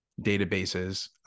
databases